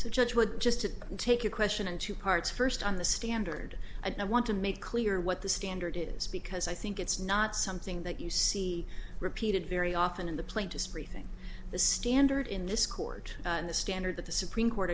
so judge would just to take a question and two parts first on the standard and i want to make clear what the standard is because i think it's not something that you see repeated very often in the plaintiff's rethink the standard in this court the standard that the supreme court